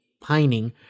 pining